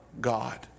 God